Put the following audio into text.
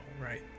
right